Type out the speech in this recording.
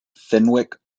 fenwick